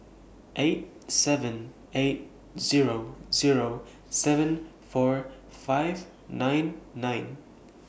eight seven eight Zero Zero seven four five nine nine